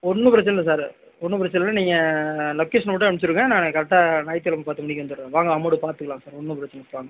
ஒன்றும் பிரச்சனை இல்லை சார் ஒன்றும் பிரச்சனை இல்லை நீங்கள் லொக்கேஷன் மட்டும் அனுப்பிச்சிருங்க நாங்கள் கரெக்ட்டாக ஞாயிற்று கிழமை பத்து மணிக்கு வந்துடுறோம் வாங்க அமௌன்ட் பார்த்துக்கலாம் ஒன்றும் பிரச்சனை இல்லை வாங்க